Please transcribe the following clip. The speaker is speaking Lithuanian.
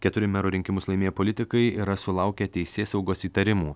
keturi merų rinkimus laimėję politikai yra sulaukę teisėsaugos įtarimų